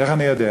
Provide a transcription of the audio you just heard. איך אני יודע?